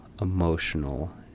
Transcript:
emotional